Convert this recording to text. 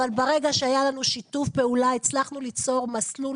אבל ברגע שהיה לנו שיתוף פעולה הצלחנו ליצור מסלול